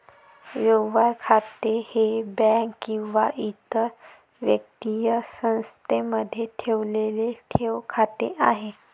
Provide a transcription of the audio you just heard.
व्यवहार खाते हे बँक किंवा इतर वित्तीय संस्थेमध्ये ठेवलेले ठेव खाते आहे